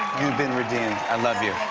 you've been redeemed. i love you.